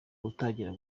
gutangira